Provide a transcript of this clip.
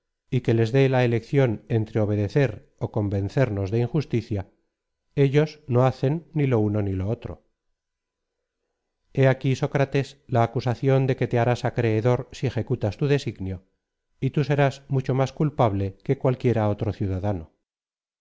y que les dé la elección entre obedecer ó convencernos de injusticia ellos no hacen ni lo uno ni lo otro hé aquí sócrates la acusación de que te harás acreedor si ejecutas tu designio y tú serás mucho más culpable que cualquiera otro ciudadano